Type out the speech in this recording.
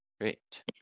Great